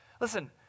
Listen